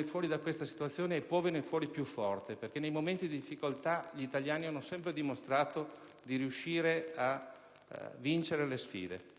fuori da questa situazione e possa venirne fuori più forte, perché nei momenti di difficoltà gli italiani hanno sempre dimostrato di riuscire a vincere le sfide.